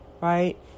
right